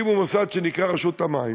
הקימו מוסד שנקרא "רשות המים".